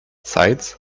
sides